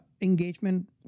engagement